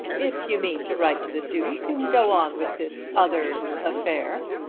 if you mean to write to the duke, and go on with this other affair.